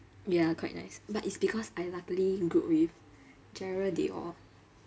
ya quite nice but it's because I luckily group with jerald they all